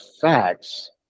facts